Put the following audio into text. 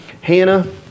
Hannah